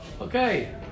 okay